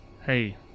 Hey